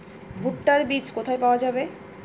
ভুট্টার বিজ কোথায় পাওয়া যাবে?